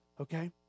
okay